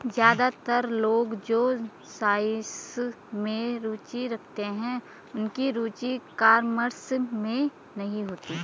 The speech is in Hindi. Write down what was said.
ज्यादातर लोग जो साइंस में रुचि रखते हैं उनकी रुचि कॉमर्स में नहीं होती